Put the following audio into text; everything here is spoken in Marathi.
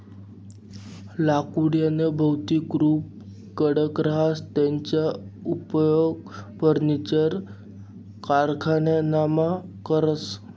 लाकुडनं भौतिक रुप कडक रहास त्याना उपेग फर्निचरना कारखानामा करतस